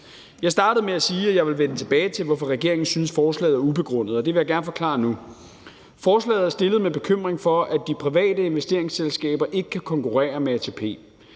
Jeg startede med at sige, at jeg ville vende tilbage til, hvorfor regeringen synes, forslaget er ubegrundet, og det vil jeg gerne forklare nu. Forslaget er fremsat på grund af en bekymring for, at de private investeringsselskaber ikke kan konkurrere med ATP.